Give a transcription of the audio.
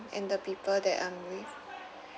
and the people that I'm with